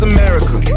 America